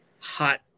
hot